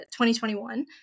2021